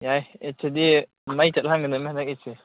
ꯌꯥꯏ ꯏꯠꯁꯤꯗꯤ ꯃꯩ ꯆꯠꯍꯟꯒꯗꯝꯅꯤ ꯍꯟꯗꯛ ꯏꯗꯁꯦ